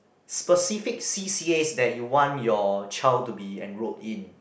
specific C_A_As that you want your child to be enrolled in